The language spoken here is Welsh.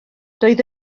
doedd